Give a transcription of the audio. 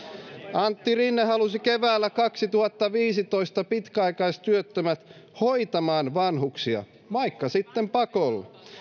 antti rinne halusi keväällä kaksituhattaviisitoista pitkäaikaistyöttömät hoitamaan vanhuksia vaikka sitten pakolla